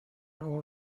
اون